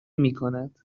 میکند